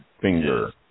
Finger